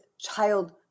child